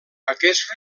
aquest